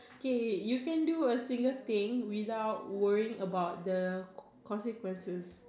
K you can do a single thing without worrying about the consequences